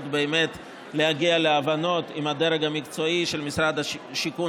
באמת להגיע להבנות עם הדרג המקצועי של משרד השיכון